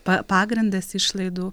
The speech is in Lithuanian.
pa pagrindas išlaidų